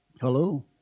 Hello